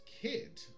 Kid